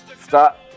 Stop